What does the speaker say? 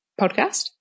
podcast